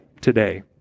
today